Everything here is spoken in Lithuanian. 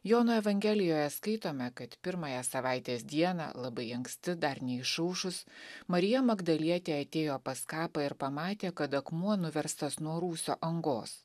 jono evangelijoje skaitome kad pirmąją savaitės dieną labai anksti dar neišaušus marija magdalietė atėjo pas kapą ir pamatė kad akmuo nuverstas nuo rūsio angos